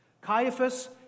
Caiaphas